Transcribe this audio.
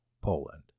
Poland